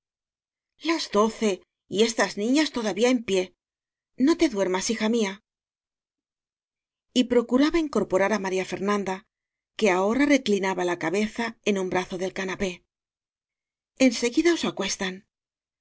las doce y estas niñas todavía en pié no te duermas hija mía y procuraba incorporar á maría fernan da que ahora reclinaba la cabeza en un bra zo del canapé enseguida os acuestan